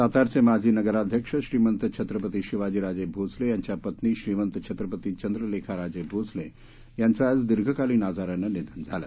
सातारचे माजी नगराध्यक्ष श्रीमंत छत्रपती शिवाजीराजे भोसले यांच्या पत्नी श्रीमंत छत्रपती चंद्रलेखाराजे भोसले यांचे रविवारी दीर्घकालीन आजारानं निधन झालं